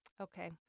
Okay